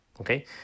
okay